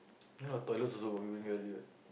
ya toilets also got people carry what